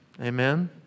Amen